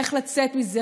איך לצאת מזה,